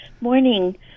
Morning